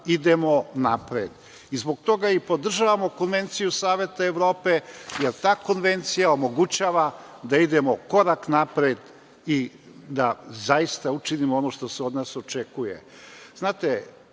idemo napred. Zbog toga i podržavamo Konvenciju Saveta Evrope, jer ta Konvencija omogućava da idemo korak napred i da zaista učinimo ono što se od nas očekuje. Znate,